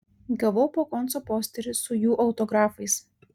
gavau po konco posterį su jų autografais